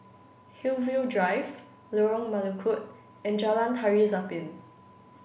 Hillview Drive Lorong Melukut and Jalan Tari Zapin